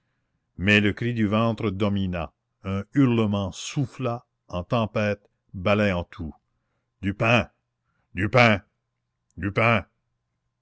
mais le cri du ventre domina un hurlement souffla en tempête balayant tout du pain du pain du pain